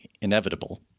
inevitable